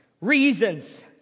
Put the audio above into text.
reasons